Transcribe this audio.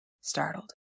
startled